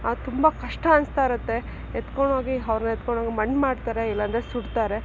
ತುಂಬ ಕಷ್ಟ ಅನ್ನಿಸ್ತಾಯಿರುತ್ತೆ ಎತ್ಕೊಂಡು ಹೋಗಿ ಅವ್ರನ್ನ ಎತ್ಕೊಂಡು ಹೋಗಿ ಮಣ್ಣು ಮಾಡ್ತಾರೆ ಇಲ್ಲಾಂದ್ರೆ ಸುಡ್ತಾರೆ